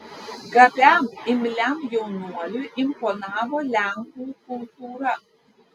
gabiam imliam jaunuoliui imponavo lenkų kultūra